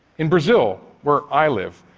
in brazil, where i live,